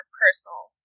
personal